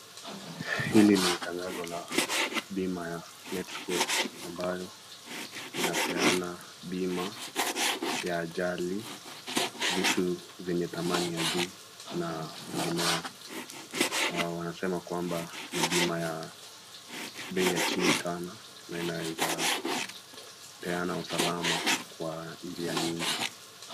Hili ni tangazo la bima ya let's go ambayo inapeana bima ya ajali vitu vyenye dhamani ya juu na vingineo, wanasema kwamba ni bima ya bei ya chini sana na inaeza peana usalama kwa njia nyingi.